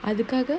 அதுக்காக:adhukaga